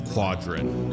Quadrant